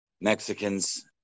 Mexicans